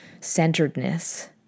centeredness